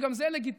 וגם זה לגיטימי.